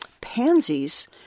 pansies